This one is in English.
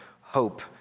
hope